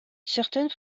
certaines